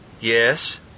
Yes